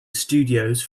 studios